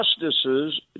justices